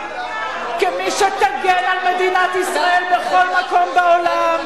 כמי שתגן על מדינת ישראל בכל מקום בעולם,